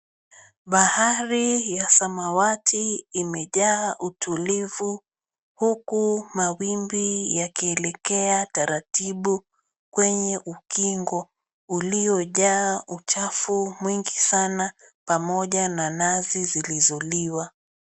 Bahari ya samawati imejaa utulivu huku mawimbi yakielekea taratibu kwenye ukingo uliojaa uchafu mwingi sana pamoja na nazi zilizoliwa.